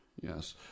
Yes